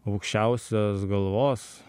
aukščiausios galvos